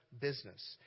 business